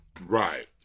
Right